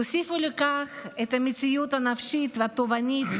תוסיפו לכך את המציאות הנפשית והתובענית,